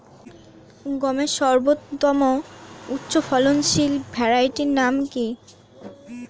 গমের সর্বোত্তম উচ্চফলনশীল ভ্যারাইটি নাম কি?